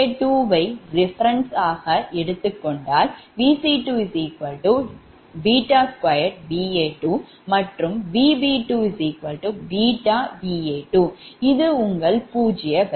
Va2 வை reference ஆக எடுத்துக்கொண்டால் Vc2 2Va2 மற்றும் Vb2 βVa2 இது உங்கள் பூஜ்ஜிய வரிசை